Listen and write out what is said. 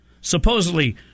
supposedly